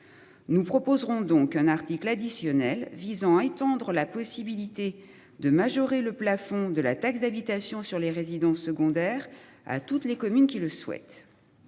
Nous proposerons donc un article additionnel visant à étendre la possibilité de majorer le plafond de la taxe d'habitation sur les résidences secondaires à toutes les communes qui le souhaitent.